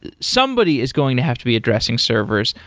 somebody is going to have to be addressing servers.